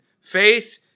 Faith